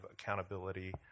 accountability